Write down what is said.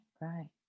right